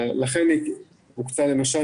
אלה פתרונות